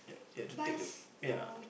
yeah you have to take the yeah